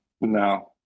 No